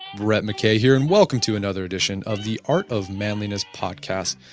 brett mckay here and welcome to another edition of the art of manliness podcast.